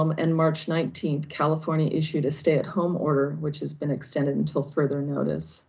um and march nineteenth, california issued a stay-at-home order, which has been extended until further notice.